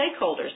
stakeholders